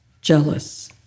jealous